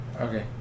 Okay